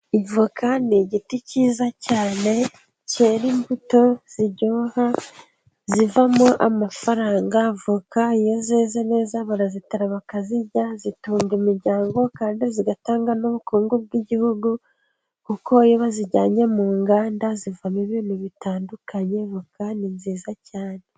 Avoka ni igiti cyiza cyane cyera imbuto ziryoha, zivamo amafaranga. Avoka iyo zeze neza barazitara bakazirya, zitunga imiryango kandi zigatanga n'ubukungu bw'igihugu, kuko iyo bazijyanye mu nganda zivamo ibintu bitandukanye. Voka ni nziza cyane.